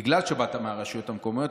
בגלל שבאת מהרשויות המקומיות,